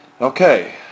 Okay